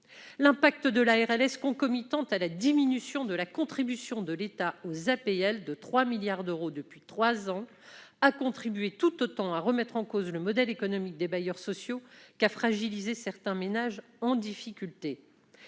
L'impact de la RLS, concomitante à la diminution de la contribution de l'État aux APL de 3 milliards d'euros depuis trois ans, a contribué tout autant à remettre en cause le modèle économique des bailleurs sociaux qu'à fragiliser certains ménages en difficulté.